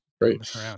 great